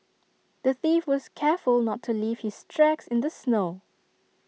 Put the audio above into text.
the thief was careful not to leave his tracks in the snow